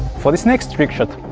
for this next trick shots,